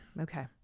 okay